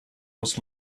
was